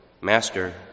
Master